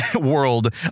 world